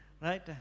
right